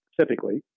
typically